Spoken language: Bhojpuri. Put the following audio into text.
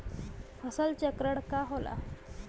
फसल चक्रण का होला?